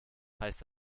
heißt